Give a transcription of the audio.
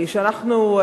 שאנחנו,